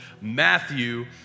Matthew